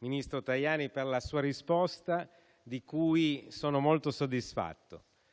ministro Tajani, per la sua risposta, di cui sono molto soddisfatto,